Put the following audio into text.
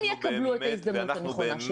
יקבלו את ההזדמנות הנכונה שלהם.